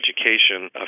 education